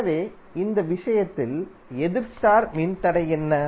எனவே இந்த விஷயத்தில் எதிர் ஸ்டார் மின்தடை என்ன